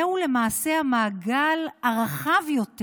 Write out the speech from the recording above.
זהו למעשה המעגל הרחב יותר,